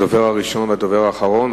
אתה הדובר הראשון והדובר האחרון,